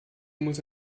muss